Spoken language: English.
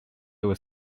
was